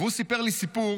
והוא סיפר לי סיפור